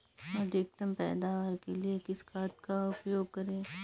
अधिकतम पैदावार के लिए किस खाद का उपयोग करें?